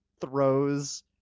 throws